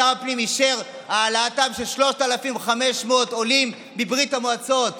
שר הפנים אישר העלאתם של 3,500 עולים מברית המועצות עכשיו,